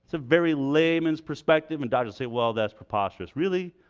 so very layman's perspective and doctors say well that's preposterous. really?